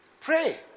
Pray